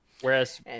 Whereas